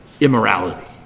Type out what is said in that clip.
immorality